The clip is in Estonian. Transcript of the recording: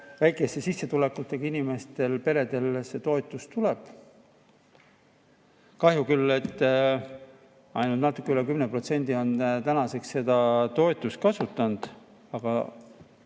väikeste sissetulekutega inimestele, peredele see toetus tuleb, kahju küll, et ainult natuke üle 10% on tänaseks seda toetust kasutanud, aga